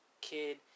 kid